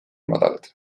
madalad